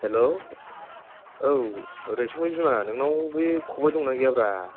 hello औ रैसुमै बिमा नोंनाव बे खबाइ दंना गैयाब्रा